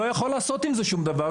לא יכול לעשות עם זה שום דבר,